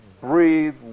breathe